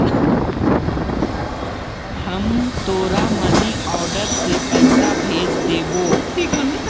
हम तोरा money order से पइसा भेज देबो